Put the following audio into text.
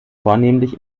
vornehmlich